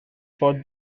for